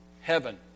Heaven